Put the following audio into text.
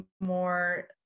more